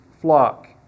flock